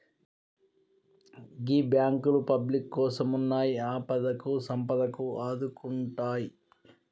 గీ బాంకులు పబ్లిక్ కోసమున్నయ్, ఆపదకు సంపదకు ఆదుకుంటయ్